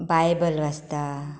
Bible वाचता